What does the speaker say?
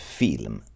film